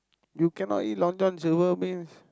you cannot eat Long-John-Silvers meh